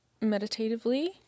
meditatively